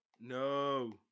No